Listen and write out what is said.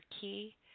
key